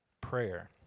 prayer